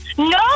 No